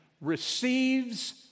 receives